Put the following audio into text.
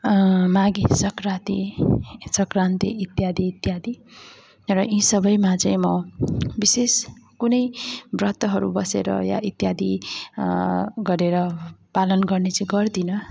माघे सग्राँती सङ्क्रान्ति इत्यादि इत्यादि र यी सबैमा चाहिँ म विशेष कुनै व्रतहरू बसेर वा इत्यादि गरेर पालन गर्ने चाहिँ गर्दिनँ